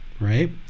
right